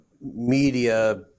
media